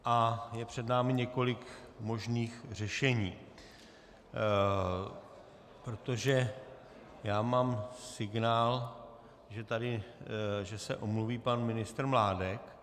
A je před námi několik možných řešení, protože mám signál, že se omluví pan ministr Mládek.